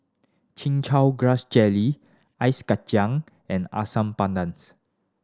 Chin Chow Grass Jelly Ice Kachang and asam